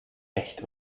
echt